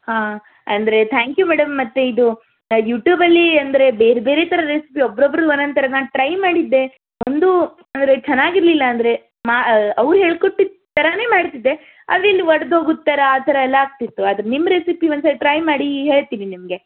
ಹಾಂ ಅಂದರೆ thank you madam ಮತ್ತು ಇದು ಯೂಟೂಬಲ್ಲಿ ಅಂದರೆ ಬೇರೆ ಬೇರೆ ಥರ ರೆಸ್ಪಿ ಒಬ್ಬೊಬ್ರು ಒಂದೊಂದ್ ಥರ ನಾನು ಟ್ರೈ ಮಾಡಿದ್ದೆ ಒಂದು ಅಂದರೆ ಚೆನ್ನಾಗಿರ್ಲಿಲ್ಲ ಅಂದರೆ ಮಾ ಅವ್ರು ಹೇಳ್ಕೊಟ್ಟಿದ್ದ ಥರವೇ ಮಾಡ್ತಿದ್ದೆ ಆದರೆ ಇಲ್ಲಿ ಒಡ್ದೋಗುದು ಥರ ಆ ಥರ ಎಲ್ಲ ಆಗ್ತಿತ್ತು ಆದರೆ ನಿಮ್ಮ ರೆಸಿಪಿ ಒಂದು ಸಾರಿ ಟ್ರೈ ಮಾಡಿ ಈಗ ಹೇಳ್ತೀವಿ ನಿಮಗೆ